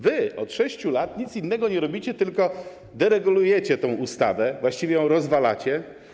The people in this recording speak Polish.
Wy od 6 lat nic innego nie robicie, tylko deregulujecie tę ustawę, właściwie ją rozwalacie.